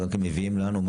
אתם מביאים לנו,